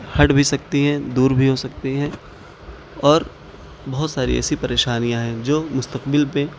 ہٹ بھی سکتی ہیں دور بھی ہو سکتی ہیں اور بہت ساری ایسی پریشانیاں ہیں جو مستقبل پہ